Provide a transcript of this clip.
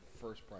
first